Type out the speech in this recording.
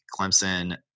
Clemson